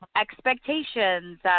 expectations